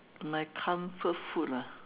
my comfort food ah